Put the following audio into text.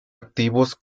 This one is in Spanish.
activos